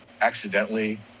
accidentally